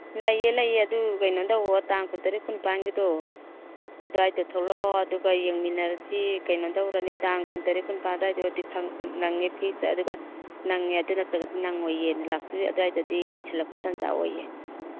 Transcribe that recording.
ꯂꯩꯌꯦ ꯂꯩꯌꯦ ꯑꯗꯨ ꯀꯩꯅꯣ ꯇꯧꯑꯣ ꯇꯥꯡ ꯀꯨꯟꯇꯔꯦꯠ ꯀꯨꯟꯅꯤꯄꯥꯜꯒꯤꯗꯣ ꯑꯗ꯭ꯋꯥꯏꯗ ꯊꯣꯛꯂꯛꯑꯣ ꯑꯗꯨꯒ ꯌꯦꯡꯃꯤꯟꯅꯔꯁꯤ ꯀꯩꯅꯣ ꯇꯧꯔꯅꯤ ꯇꯥꯡ ꯀꯨꯟꯇꯔꯦꯠ ꯀꯨꯟꯅꯤꯄꯥꯜ ꯑꯗ꯭ꯋꯥꯏꯗ ꯑꯣꯏꯔꯗꯤ ꯅꯪꯅꯤ ꯐꯤꯛꯁꯇ ꯑꯗꯨꯒ ꯅꯪꯉꯦ ꯑꯗꯨ ꯅꯠꯇ꯭ꯔꯒꯗꯤ ꯅꯪꯉꯣꯏꯌꯦ ꯂꯥꯁꯋꯤꯛ ꯑꯗ꯭ꯋꯥꯏꯗꯗꯤ ꯂꯣꯏꯁꯜꯂꯛꯄ ꯇꯟꯖꯥ ꯑꯣꯏꯌꯦ